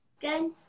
Good